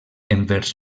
envers